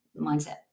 mindset